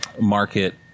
market